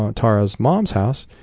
ah tara's mom's house.